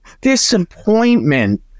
disappointment